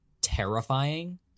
terrifying